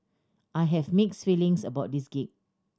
I have mixed feelings about this gig